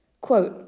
Quote